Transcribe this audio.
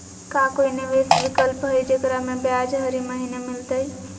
का कोई निवेस विकल्प हई, जेकरा में ब्याज हरी महीने मिलतई?